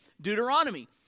Deuteronomy